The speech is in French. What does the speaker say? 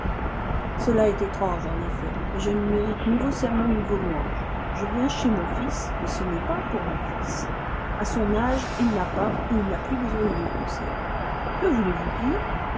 cela est étrange en effet mais je ne mérite ni vos sermons ni vos louanges je viens chez mon fils mais ce n'est pas pour mon fils à son âge il n'a pas ou il n'a plus besoin de mes conseils que voulez-vous dire